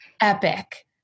epic